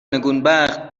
نگونبخت